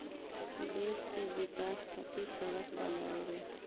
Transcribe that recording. देश के विकाश खातिर सड़क बनावेला